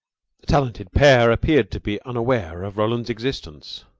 the talented pair appeared to be unaware of roland's existence.